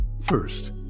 First